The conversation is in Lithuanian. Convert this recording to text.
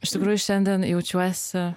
iš tikrųjų šiandien jaučiuosi